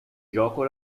gioco